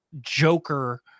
Joker